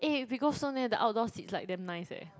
eh we go so near the outdoor seats like damn nice eh